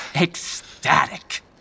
Ecstatic